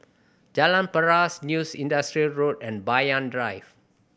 Jalan Paras New Industrial Road and Banyan Drive